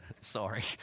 Sorry